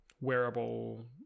wearable